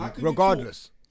regardless